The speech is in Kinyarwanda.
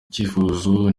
icyifuzo